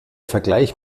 vergleich